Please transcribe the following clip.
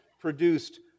produced